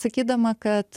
sakydama kad